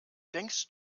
denkst